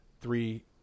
three